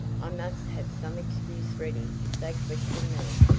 i must have some excuse ready if they question me.